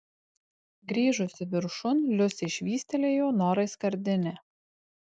grįžusi viršun liusė švystelėjo norai skardinę